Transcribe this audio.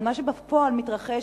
אבל מה שבפועל מתרחש,